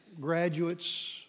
graduates